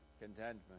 Contentment